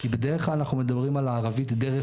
כי בדרך כלל אנחנו מדברים על הערבית דרך